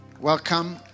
welcome